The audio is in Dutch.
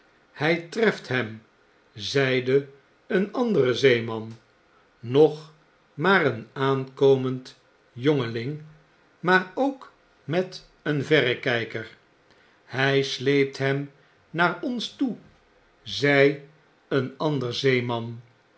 hjj treft hem zeide een andere zeeman nog maar een aankomend jongeling maar ook met een verrekijker hij sleept hem naar ons toe i zei een ander zeeman